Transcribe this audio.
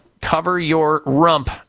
cover-your-rump